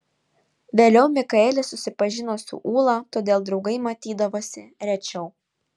vėliau mikaelis susipažino su ūla todėl draugai matydavosi rečiau